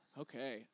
Okay